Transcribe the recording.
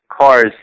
cars